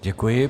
Děkuji.